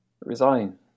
resign